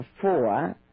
four